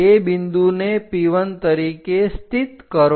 તે બિંદુને P1 તરીકે સ્થિત કરો